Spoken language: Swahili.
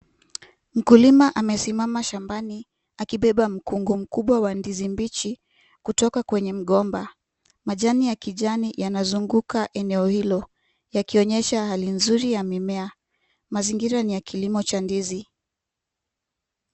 Mkulima amesimama shambani akibeba mkungu mkubwa wa ndizi mbichi kutoka kwenye mgomba, majani ya kijani yanazunguka eneo hilo yakionyesha hali nzuri ya mimea, mazingira ni ya kilimo cha ndizi.